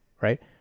right